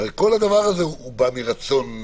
הרי כל הדבר הזה בא מרצון.